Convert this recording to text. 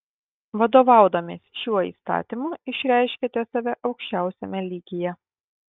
vadovaudamiesi šiuo įstatymu išreiškiate save aukščiausiame lygyje